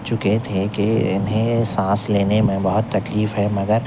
چکے تھے کہ انہیں سانس لینے میں بہت تکلیف ہے مگر